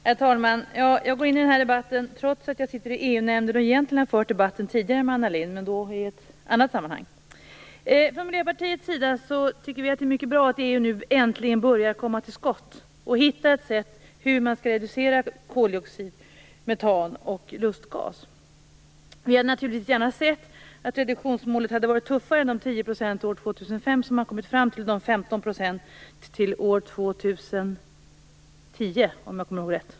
Herr talman! Jag går in i den här debatten trots att jag sitter i EU-nämnden och egentligen redan har fört debatten med Anna Lindh. Men det var i ett annat sammanhang. Vi i Miljöpartiet tycker att det är mycket bra att EU nu äntligen börjar komma till skott och hitta ett sätt för hur man skall reducera utsläppen av koldioxid, metan och lustgas. Vi hade naturligtvis gärna sett att reduktionsmålet varit tuffare än 10 % till år 2005 och de 15 % till år 2010.